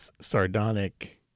sardonic